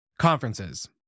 Conferences